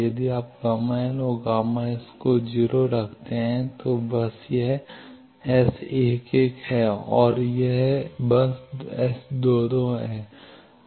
यदि आप Γ L और Γs यहाँ 0 रखते हैं तो यह बस S 11 है और यह बस S 22 है